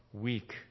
weak